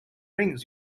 rings